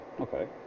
Okay